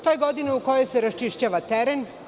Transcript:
To je godina u kojoj se raščišćava teren.